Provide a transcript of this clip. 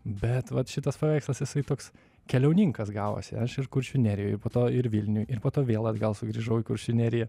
bet vat šitas paveikslas jisai toks keliauninkas gavosi aš ir kuršių nerijoj po to ir vilniuj ir po to vėl atgal sugrįžau į kuršių neriją